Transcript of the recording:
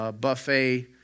buffet